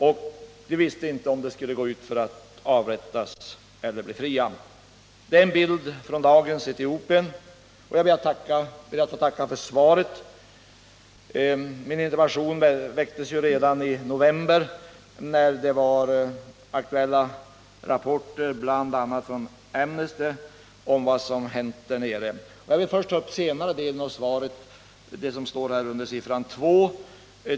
Fången visste inte om han skulle avrättas eller bli fri. Detta är en bild från dagens Etiopien. Jag ber att få tacka utrikesministern för svaret på min interpellation, som väcktes redan i november, då aktuella rapporter förelåg bl.a. från Amnesty International om vad som hänt där nere. Jag vill först ta upp den senare delen av utrikesministerns svar, den som står under siffran 2.